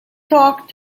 talk